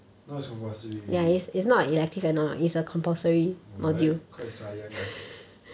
now is compulsory already !wah! like that quite sayang ah